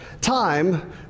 Time